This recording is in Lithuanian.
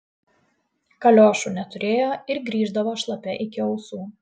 kaliošų neturėjo ir grįždavo šlapia iki ausų